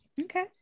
Okay